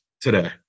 today